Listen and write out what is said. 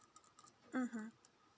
mmhmm